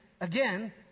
again